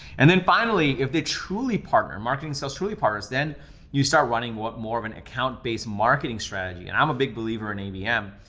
and then finally, if they truly partner. marketing sales truly partners, then you start running more of an account-based marketing strategy, and i'm a big believer in abm.